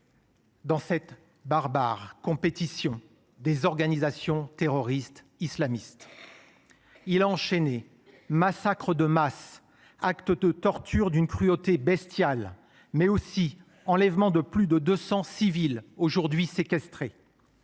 dans cette barbare compétition des organisations terroristes islamistes. Il a enchaîné massacres de masse, actes de torture d’une cruauté bestiale, mais aussi enlèvements de plus de deux cents civils, aujourd’hui séquestrés.